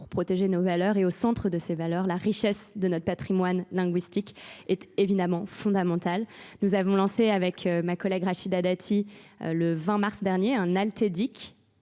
pour protéger nos valeurs et au centre de ces valeurs, la richesse de notre patrimoine linguistique est évidemment fondamentale. Nous avons lancé avec ma collègue Rachida Dati, le 20 mars dernier, un altédic